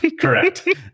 Correct